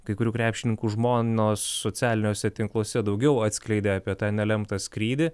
kai kurių krepšininkų žmonos socialiniuose tinkluose daugiau atskleidė apie tą nelemtą skrydį